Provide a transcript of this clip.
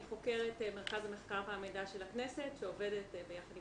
אני חוקרת מרכז המחקר והמידע של הכנסת שעובדת ביחד עם